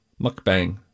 Mukbang